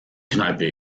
kneipe